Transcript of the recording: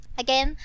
again